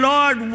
Lord